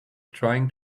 trying